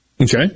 Okay